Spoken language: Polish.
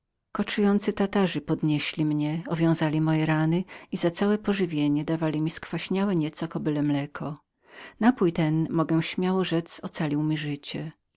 koczujący tatarzy podnieśli mnie owiązali moje rany i za całe pożywienie dawali mi skwaśniałe nieco kobyle mleko napój ten mogę śmiało rzec ocalił mi życie